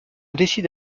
décide